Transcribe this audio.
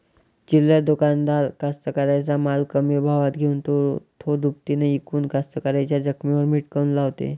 चिल्लर दुकानदार कास्तकाराइच्या माल कमी भावात घेऊन थो दुपटीनं इकून कास्तकाराइच्या जखमेवर मीठ काऊन लावते?